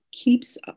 keeps